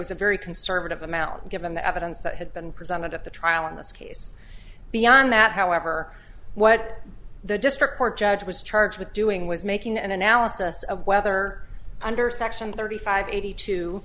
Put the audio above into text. was a very conservative amount given the evidence that had been presented at the trial in this case beyond that however what the district court judge was charged with doing was making an analysis of whether under section thirty five eighty two